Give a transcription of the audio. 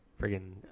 friggin